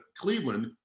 cleveland